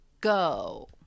go